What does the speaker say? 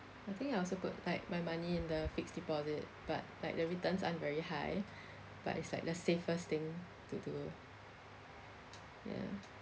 I think I also put like my money in the fixed deposit but like the returns aren't very high but it's like the safest thing to do ya